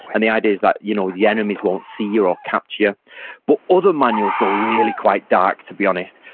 and the idea is that you know the enemies won't see you or capture you but other manuals go really quite dark, to be honest.